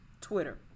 Twitter